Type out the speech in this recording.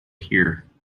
here